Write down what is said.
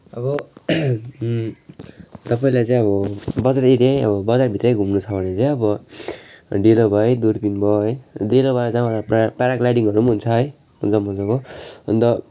अब तपाईँलाई अब बजार एरियै अब बजारभित्रै घुम्नु छ भने चाहिँ अब डेलो भयो है दुर्बिन भयो है डेलो भयो जहाँबाट पारा पाराग्लाइडिङ पनि हुन्छ है मजा मजाको अन्त